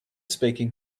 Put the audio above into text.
speaking